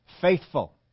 Faithful